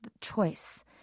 choice